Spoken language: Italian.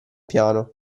piano